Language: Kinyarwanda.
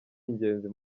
ingenzi